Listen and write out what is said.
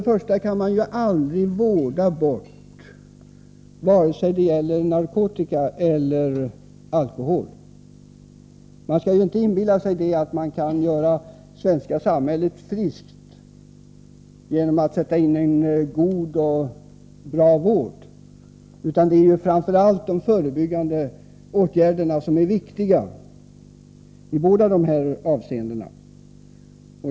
Man kan aldrig vårda bort vare sig narkotika eller alkohol. Man skall inte inbilla sig att man kan göra det svenska samhället friskt genom att sätta in en god och bra vård, utan det är framför allt de förebyggande åtgärderna som är viktiga i båda dessa avseenden.